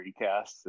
recasts